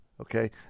okay